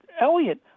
Elliot